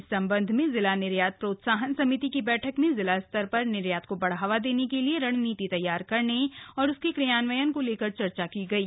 इस संबंध में जिला निर्यात प्रोत्साहन समिति की बैठक में जिला स्तर पर निर्यात को बढ़ावा देने के लिए रणनीति तैयार करने और उसके क्रियान्वयन को लेकर चर्चा की गयी